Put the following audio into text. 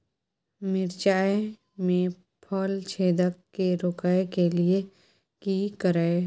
मिर्चाय मे फल छेदक के रोकय के लिये की करियै?